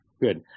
Good